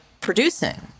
producing